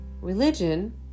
religion